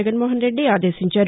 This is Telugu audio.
జగన్మోహన్రెడ్డి ఆదేశించారు